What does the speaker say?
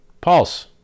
pulse